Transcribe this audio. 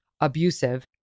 Abusive